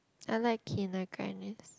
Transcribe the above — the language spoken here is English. I like Kina-Grannis